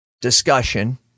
discussion